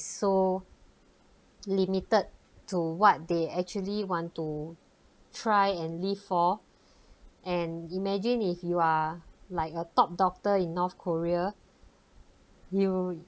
so limited to what they actually want to try and live for and imagine if you are like a top doctor in north korea you